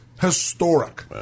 historic